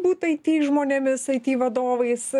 būti tai aiti žmonėmis aiti vadovais